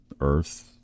earth